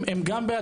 הם גם בעד.